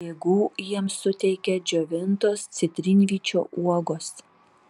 jėgų jiems suteikia džiovintos citrinvyčio uogos